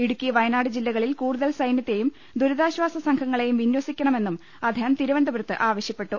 ഇടുക്കി വയനാട് ജില്ലക ളിൽ കൂടുതൽ സൈനൃത്തെയും ദൂരിതാശ്വാസ സംഘങ്ങ ളെയും വിന്യസിക്കണമെന്നും അദ്ദേഹം തിരുവനന്തപുരത്ത് ആവശ്യപ്പെട്ടു